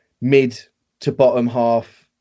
mid-to-bottom-half